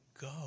go